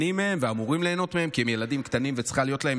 אני קובע כי הצעת חוק זכויות החולה (תיקון מס'